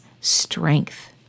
strength